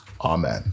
Amen